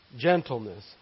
gentleness